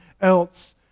else